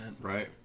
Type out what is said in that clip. Right